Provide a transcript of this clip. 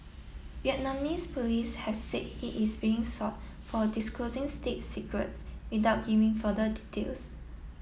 Vietnamese police have said he is being sought for disclosing state secrets without giving further details